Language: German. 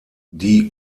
die